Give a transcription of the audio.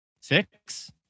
six